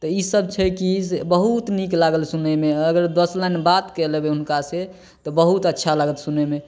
तऽ ईसब छै कि बहुत नीक लागल सुनैमे अगर दस लाइन बात कए लेबै हुनकासँ तऽ बहुत अच्छा लागत सुनयमे